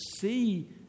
see